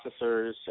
processors